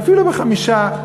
ואפילו בחמישה.